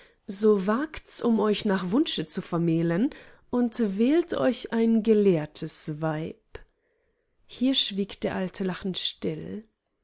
so wagts um euch nach wunsche zu vermählen und wählt euch ein gelehrtes weib hier schwieg der alte lachend still